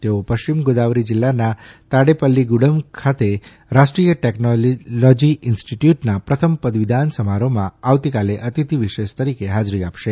તેઓ પશ્ચિમ ગોદાવરી જિલ્લાના તાડેપલ્લીગુડમ કાતે રાષ્ટ્રીય ટેકનોલોજી ઇન્સ્ટીટયુટના પ્રથમ પદવીદાન સમારોહમાં આવતીકાલે અતિથિ વિશેષ તરીકે હાજરી આપશે